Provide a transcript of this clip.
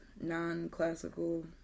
non-classical